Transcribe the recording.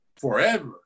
forever